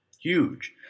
huge